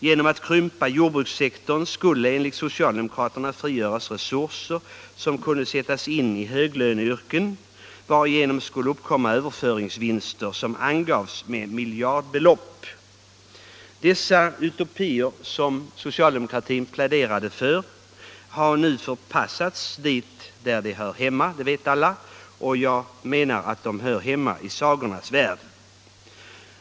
Genom att krympa jordbrukssektorn skulle enligt socialdemokraterna frigöras resurser som kunde sättas in i höglöneyrken. På detta sätt skulle uppkomma överföringsvinster som angavs till miljardbelopp. Dessa utopier, som socialdemokratin pläderade för, har nu förpassats dit där de hör hemma — det vet alla. Jag menar att de hör hemma i sagornas värld.